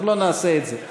אנחנו לא נעשה את זה.